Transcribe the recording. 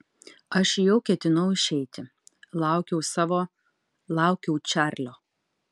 aš jau ketinau išeiti laukiau savo laukiau čarlio